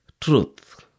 truth